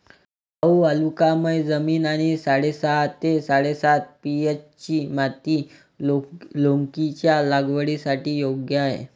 भाऊ वालुकामय जमीन आणि साडेसहा ते साडेसात पी.एच.ची माती लौकीच्या लागवडीसाठी योग्य आहे